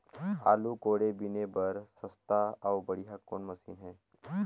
आलू कोड़े बीने बर सस्ता अउ बढ़िया कौन मशीन हे?